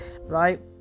right